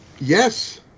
Yes